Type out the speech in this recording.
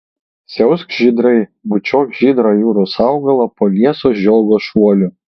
siausk žydrai bučiuok žydrą jūros augalą po lieso žiogo šuoliu